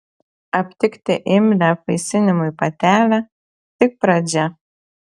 aptikti imlią apvaisinimui patelę tik pradžia